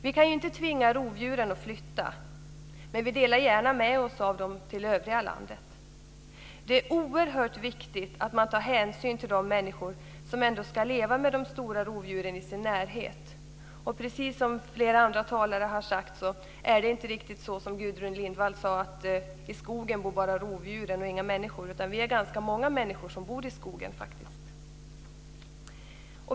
Vi kan ju inte tvinga rovdjuren att flytta, men vi delar gärna med oss av dem till övriga landet. Det är oerhört viktigt att man tar hänsyn till de människor som ska leva med de stora rovdjuren i sin närhet. Precis som flera talare har sagt, är det inte riktigt så som Gudrun Lindvall sade, att bara rovdjuren och inga människor bor i skogen. Vi är faktiskt ganska många människor som bor i skogen.